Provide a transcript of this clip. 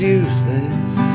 useless